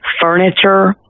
furniture